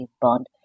bond